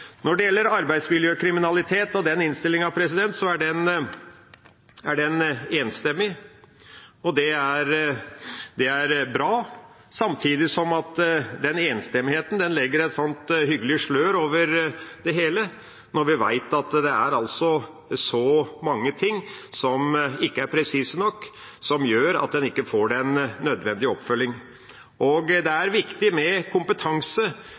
Når det gjelder innstillinga om arbeidsmiljøkriminalitet, er den enstemmig, og det er bra. Samtidig legger den enstemmigheten et sånt hyggelig slør over det hele – når vi vet at det er mange ting som ikke er presise nok, og som gjør at en ikke får den nødvendige oppfølging. Det er viktig med kompetanse,